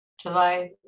July